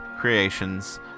creations